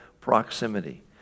proximity